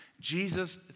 Jesus